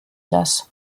das